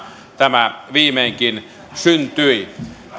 tämä viimeinkin syntyi